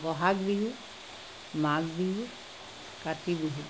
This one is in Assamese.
বহাগ বিহু মাঘ বিহু কাতি বিহু